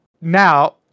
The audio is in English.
Now